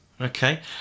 Okay